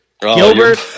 Gilbert